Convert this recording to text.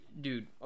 dude